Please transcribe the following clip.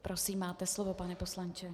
Prosím, máte slovo, pane poslanče.